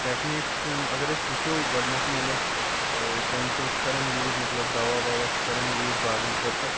techniques یِم اگر أسۍ وٕچھو گۄڈٕنیٚتھٕے یِم أسۍ کیمِکل چھِ کران یوٗز مطلب دوا ووا چھِ کران یوٗز باغَن خٲطرٕ